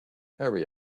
hurry